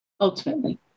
ultimately